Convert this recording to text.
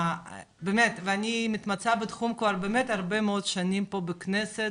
באמת אני מתמצאת בתחום הרבה מאוד שנים פה בכנסת,